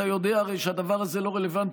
אתה הרי יודע שהדבר הזה לא רלוונטי,